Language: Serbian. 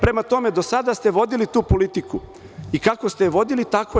Prema tome, do sada ste vodili tu politiku i kako ste je vodili tako je.